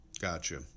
gotcha